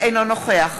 אינו נוכח